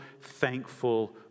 thankful